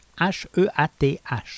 H-E-A-T-H